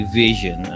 vision